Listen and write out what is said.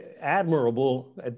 admirable